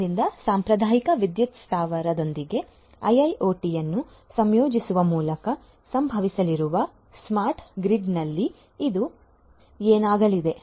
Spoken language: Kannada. ಆದ್ದರಿಂದ ಸಾಂಪ್ರದಾಯಿಕ ವಿದ್ಯುತ್ ಸ್ಥಾವರದೊಂದಿಗೆ ಐಐಒಟಿಯನ್ನು ಸಂಯೋಜಿಸುವ ಮೂಲಕ ಸಂಭವಿಸಲಿರುವ ಸ್ಮಾರ್ಟ್ ಗ್ರಿಡ್ನಲ್ಲಿ ಇದು ಏನಾಗಲಿದೆ